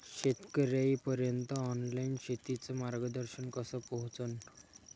शेतकर्याइपर्यंत ऑनलाईन शेतीचं मार्गदर्शन कस पोहोचन?